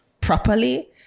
properly